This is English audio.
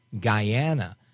Guyana